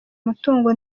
umutungo